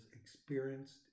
experienced